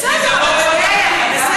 בסדר, אבל זו התחלה.